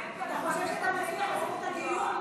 אתה חושב שאתה מסיט את הדיון מהאש,